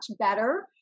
better